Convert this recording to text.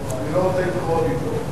אני לא רוצה להתחרות אתו.